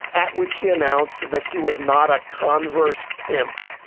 at which he announced that he was not a converse pimp.